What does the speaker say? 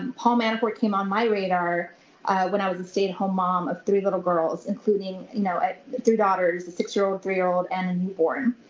and paul manafort came on my radar when i was a stay at home mom of three little girls, including you know three daughters, a six year old, three year old, and a newborn.